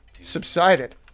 subsided